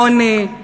עוני,